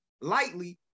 lightly